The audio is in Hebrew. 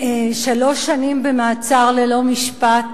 אדוני, שלוש שנים במעצר ללא משפט,